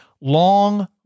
Long